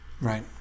right